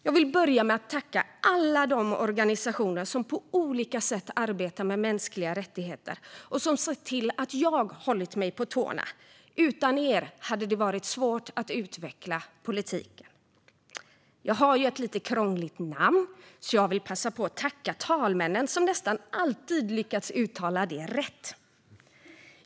Jag vill börja med att tacka alla de organisationer som på olika sätt arbetar med mänskliga rättigheter och som sett till att jag hållit mig på tårna. Utan er hade det varit svårt att utveckla politiken. Jag har ju ett lite krångligt namn, så jag vill passa på att tacka talmännen, som nästan alltid lyckats uttala det rätt.